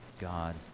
God